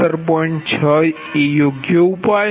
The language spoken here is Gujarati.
6 એ યોગ્ય ઉપાય છે